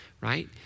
Right